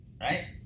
right